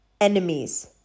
enemies